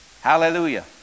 Hallelujah